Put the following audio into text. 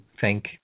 thank